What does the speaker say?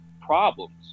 problems